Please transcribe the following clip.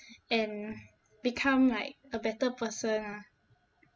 and become like a better person ah